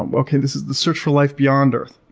um okay, this is the search for life beyond earth.